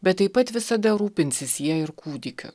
bet taip pat visada rūpinsis ja ir kūdikiu